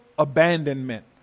abandonment